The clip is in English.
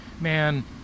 man